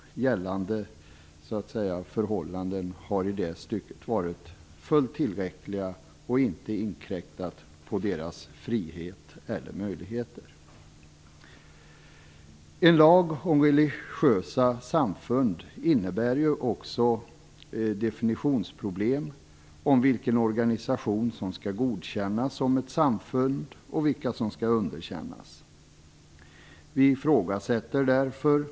Gällande förhållanden har i det stycket varit fullt tillräckliga och inte inkräktat på deras frihet eller möjligheter. En lag om religiösa samfund innebär också definitionsproblem när det gäller vilken organisation som skall godkännas som ett samfund och vilka organisationer som skall underkännas.